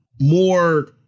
more